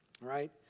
right